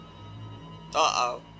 uh-oh